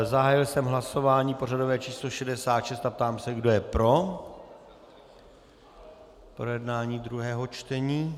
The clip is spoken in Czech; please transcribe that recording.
Zahájil jsem hlasování pořadové číslo 66 a ptám se, kdo je pro projednání druhého čtení.